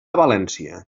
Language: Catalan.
valència